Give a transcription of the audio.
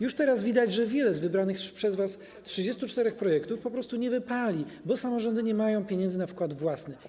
Już teraz widać, że wiele z wybranych przez was 34 projektów po prostu nie wypali, bo samorządy nie mają pieniędzy na wkład własny.